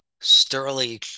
sterling